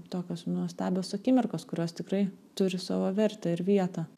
tokios nuostabios akimirkos kurios tikrai turi savo vertę ir vietą